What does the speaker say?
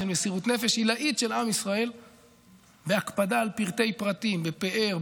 של מסירות נפש עילאית של עם ישראל והקפדה על פרטי-פרטים בפאר,